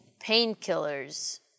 painkillers